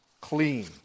clean